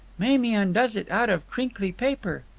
mamie undoes it out of crinkly paper.